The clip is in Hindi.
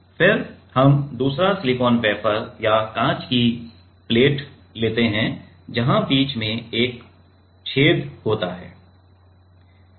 फिर हम दूसरा सिलिकॉन वेफर या कांच की प्लेट लेते हैं जहां बीच में एक छेद होता है